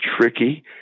tricky